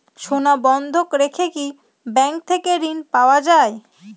সোনা বন্ধক রেখে কি ব্যাংক থেকে ঋণ পাওয়া য়ায়?